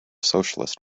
socialist